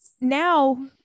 now